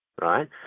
right